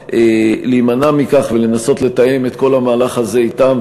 להימנע מכך ולנסות לתאם את כל המהלך הזה אתם,